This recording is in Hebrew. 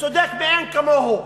צודק מאין כמוהו,